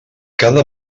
cada